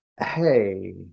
hey